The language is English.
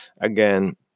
again